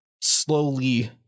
slowly